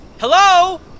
Hello